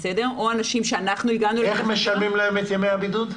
איך משלמים להם עבור ימי הבידוד?